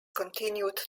continued